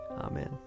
Amen